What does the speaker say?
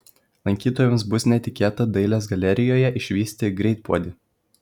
lankytojams bus netikėta dailės galerijoje išvysti greitpuodį